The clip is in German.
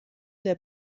der